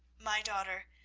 my daughter,